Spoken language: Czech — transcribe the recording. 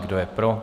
Kdo je pro?